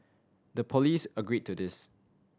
the police agreed to this